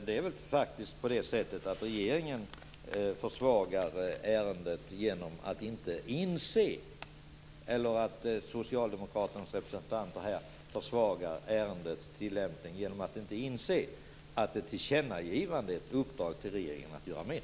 Det är väl faktiskt på det sättet att Socialdemokraternas representanter här försvagar ärendets tillämpning genom att inte inse att ett tillkännagivande är ett uppdrag till regeringen att göra mer.